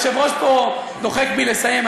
היושב-ראש פה דוחק בי לסיים,